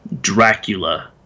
Dracula